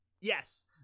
yes